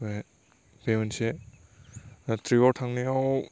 बे मोनसे ट्रिप आव थांनायाव